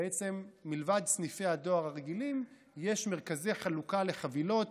מלבד סניפי הדואר הרגילים יש מרכזי חלוקה לחבילות.